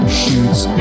shoots